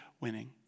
winning